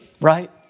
Right